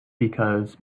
because